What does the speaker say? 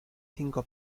cinco